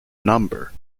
number